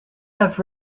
have